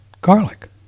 garlic